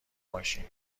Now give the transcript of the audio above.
ماشین